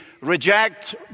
reject